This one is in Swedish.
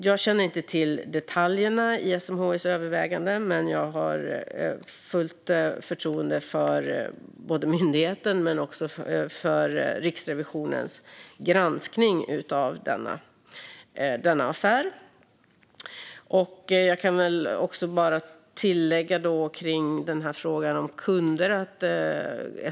Jag känner inte till detaljerna i SMHI:s överväganden, men jag har fullt förtroende för både myndigheten och Riksrevisionens granskning av denna affär. Låt mig också tillägga något till frågan om kunder.